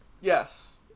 Yes